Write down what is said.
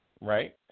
right